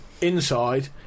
inside